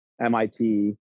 MIT